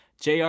JR